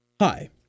hi